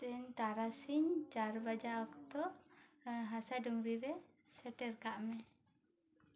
ᱛᱮᱦᱮᱧ ᱛᱟᱨᱟᱥᱤᱧ ᱪᱟᱨ ᱵᱟᱡᱟᱜ ᱚᱠᱛᱚ ᱦᱟᱥᱟ ᱰᱟᱝᱜᱽᱨᱤ ᱨᱮ ᱥᱮᱴᱮᱨ ᱠᱟᱜ ᱢᱮ